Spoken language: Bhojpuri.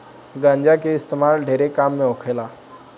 गांजा के इस्तेमाल ढेरे काम मे होखेला